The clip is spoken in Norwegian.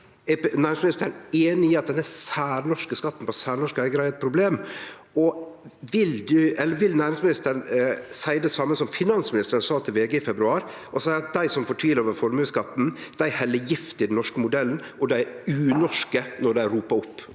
næringsministeren einig i at denne særnorske skatten til særnorske eigarar er eit problem? Og vil næringsministeren seie det same som finansministeren sa til VG i februar, at dei som fortvilar over formuesskatten, heller gift i den norske modellen, og at dei er unorske når dei ropar opp